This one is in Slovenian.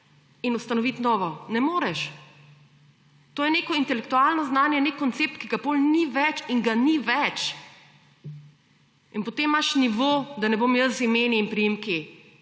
in ustanovit novo. Ne moreš. To je neko intelektualno znanje, nek koncept, ki ga potem ni več in ga ni več. In potem imaš nivo, da ne bom jaz z imeni in priimki